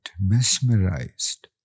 mesmerized